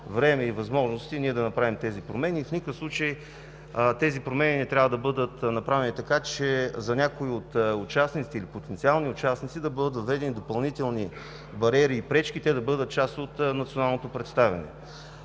време и възможности да направим тези промени и в никакъв случай те не трябва да бъдат направени така, че за някои от участниците, или потенциални участници, да бъдат въведени допълнителни бариери и пречки и те да бъдат част от националното представяне.